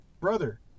brother